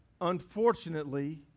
unfortunately